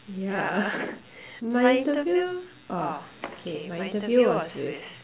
yeah my interview oh okay my interview was with